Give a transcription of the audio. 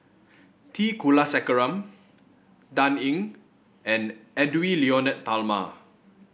T Kulasekaram Dan Ying and Edwy Lyonet Talma